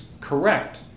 correct